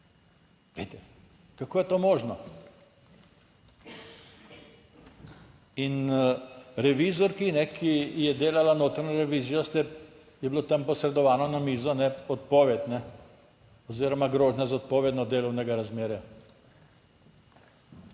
stoji. Kako je to možno? In revizorki, ki je delala notranjo revizijo ste, je bilo tam posredovano na mizo odpoved oziroma grožnja z odpovedjo delovnega razmerja.